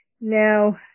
Now